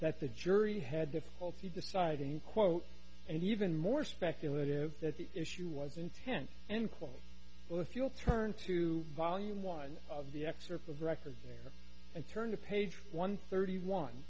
that the jury had difficulty deciding quote and even more speculative that the issue was intent and call well if you will turn to volume one of the excerpts of record and turn to page one thirty one